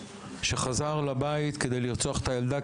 שחזר לבית כדי לרצוח את הילדה,